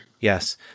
Yes